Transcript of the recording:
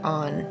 on